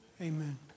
amen